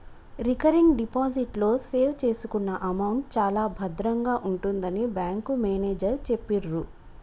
recurring deposit లో save చేసుకున్న amount చాలా భద్రంగా ఉంటుందని బ్యాంకు మేనేజరు చెప్పిర్రు